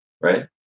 right